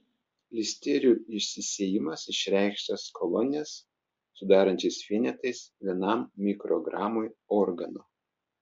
listerijų išsisėjimas išreikštas kolonijas sudarančiais vienetais vienam mikrogramui organo